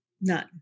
none